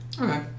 Okay